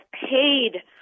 paid